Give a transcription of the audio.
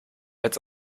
als